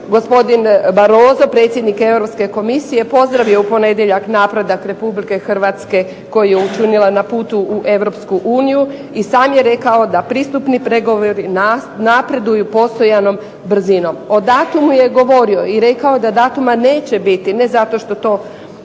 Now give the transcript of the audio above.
gospodin Barroso, predsjednik Europske Komisije pozdravio u ponedjeljak napredak Republike Hrvatske koji je učinila na putu u Europsku uniju, i sam je rekao da pristupni pregovori napreduju postojanom brzinom. O datumu je govorio, i rekao da datuma neće biti, ne zato što to